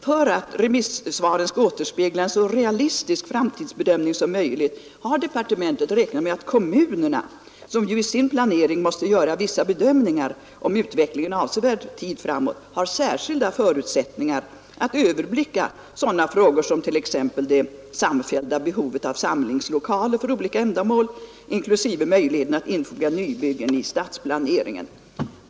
För att remissvaren skall återspegla en så realistisk framtidsbedömning som möjligt har departementet räknat med att kommunerna, som ju i sin planering måste göra vissa bedömningar av utvecklingen avsevärd tid framåt, har särskilda förutsättningar att överblicka sådana frågor som t.ex. det samfällda behovet av samlingslokaler för olika ändamål, inklusive möjligheten att infoga nybyggen i stadsplaneringen.